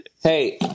Hey